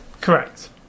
Correct